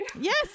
Yes